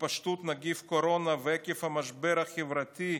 התפשטות נגיף קורונה ועקב המשבר החברתי,